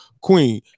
Queen